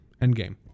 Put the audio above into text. Endgame